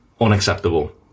unacceptable